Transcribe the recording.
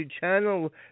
channel